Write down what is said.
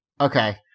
Okay